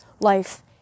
life